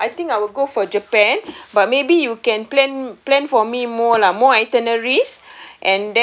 ya I think I will go for japan but maybe you can plan plan for me more lah more itineraries